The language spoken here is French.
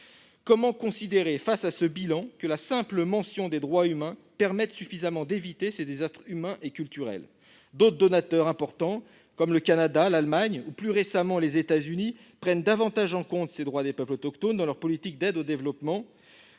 Comment considérer, face à ce bilan, que la simple mention des droits humains permette d'éviter des désastres humains et culturels ? D'autres donateurs importants, comme le Canada, l'Allemagne ou, plus récemment, les États-Unis, prennent davantage en compte les droits des peuples autochtones dans leur politique d'aide au développement.